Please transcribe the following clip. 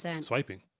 swiping